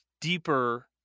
deeper